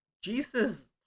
Jesus